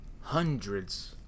hundreds